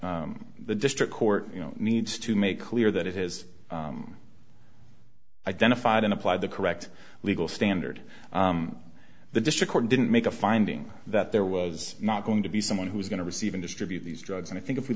the district court you know needs to make clear that it has identified and applied the correct legal standard the district court didn't make a finding that there was not going to be someone who's going to receive and distribute these drugs and i think if